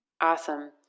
Awesome